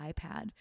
iPad